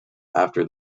after